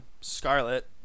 Scarlet